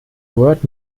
word